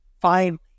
fine